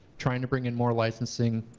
trying to bring in more licensing,